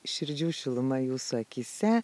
širdžių šiluma jūsų akyse